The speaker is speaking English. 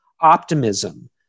Optimism